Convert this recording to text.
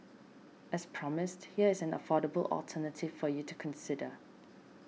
as promised here is an affordable alternative for you to consider